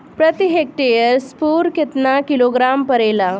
प्रति हेक्टेयर स्फूर केतना किलोग्राम परेला?